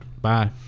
Bye